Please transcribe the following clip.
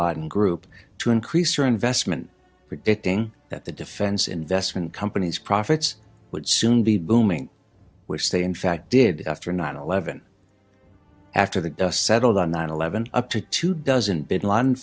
laden group to increase your investment predicting that the defense investment company's profits would soon be booming which they in fact did after nine eleven after the dust settled on nine eleven up to two dozen bin laden